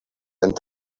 and